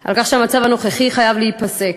על כך שהמצב הנוכחי חייב להיפסק.